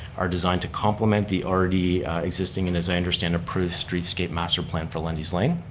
are designed to complement the already existing and as i understand approved streetscape masterplan for lundy's lane.